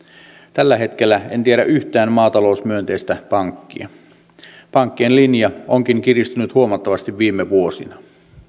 tällä hetkellä en tiedä yhtään maatalousmyönteistä pankkia pankkien linja onkin kiristynyt huomattavasti viime vuosina